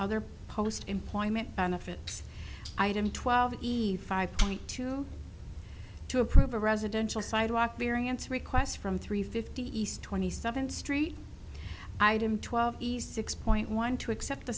other post employment benefits item twelve easy five twenty two to approve a residential sidewalk variance request from three fifty east twenty seventh street i had him twelve east six point one to accept the